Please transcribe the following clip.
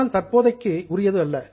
ஆனால் தற்போதைக்கு உரியது அல்ல